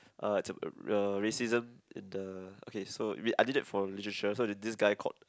uh it's a a racism in the okay so I did it for literature so there's this guy called